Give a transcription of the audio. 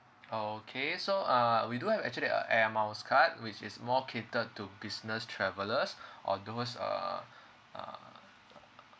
okay so uh we do have actually a air miles card which is more catered to business travelers or those uh err